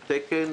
התוצר.